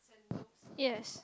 yes